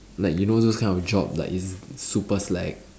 like you know those kind of job like is super slack